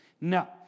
No